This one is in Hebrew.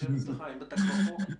שיושב אצלך, אם אתה כבר כאן.